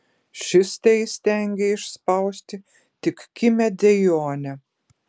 šis teįstengė išspausti tik kimią dejonę